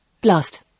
Blast